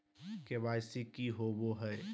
KYC की होबो है?